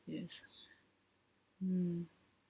yes mm